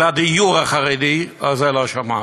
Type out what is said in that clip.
של הדיור החרדי, על זה לא שמענו,